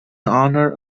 honor